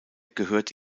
gehört